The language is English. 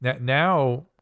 Now